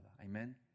Amen